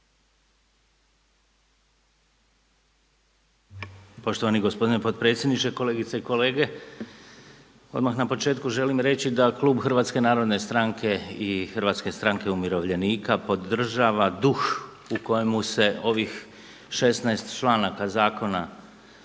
Poštovani gospodine potpredsjedniče, kolegice i kolege. Odmah na početku želim reći da Klub HNS-a i HSU-a podržava dug u kojemu se ovih 16 članaka zakona